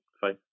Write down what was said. Fine